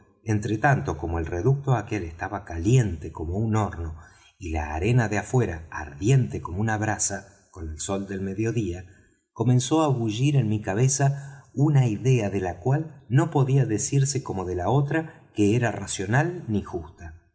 entre tanto como el reducto aquel estaba caliente como un horno y la arena de afuera ardiente como una brasa con el sol de mediodía comenzó á bullir en mi cabeza una idea de la cual no podía decirse como de la otra que era racional ni justa